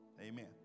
Amen